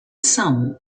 some